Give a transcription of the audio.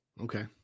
Okay